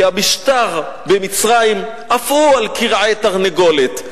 כי המשטר במצרים אף הוא על כרעי תרנגולת,